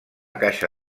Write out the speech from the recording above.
caixa